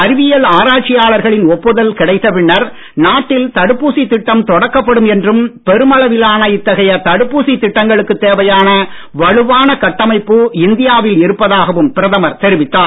அறிவியல் ஆராய்ச்சியாளர்களின் ஒப்புதல் கிடைத்த பின்னர் நாட்டில் தடுப்பூசித் திட்டம் தொடக்கப்படும் என்றும் பெருமளவிலான இத்தகைய தடுப்பூசித் திட்டங்களுக்குத் தேவையான வலுவான கட்டமைப்பு இந்தியாவில் இருப்பதாகவும் பிரதமர் தெரிவித்தார்